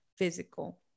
physical